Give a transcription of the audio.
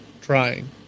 trying